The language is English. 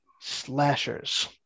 Slashers